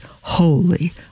holy